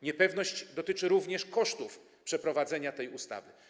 Niepewność dotyczy również kosztów przeprowadzenia tej ustawy.